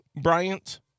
Bryant